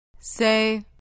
Say